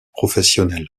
professionnels